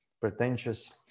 pretentious